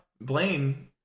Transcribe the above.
Blaine